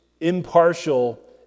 impartial